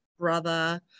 brother